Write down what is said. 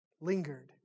lingered